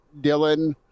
Dylan